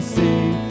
sing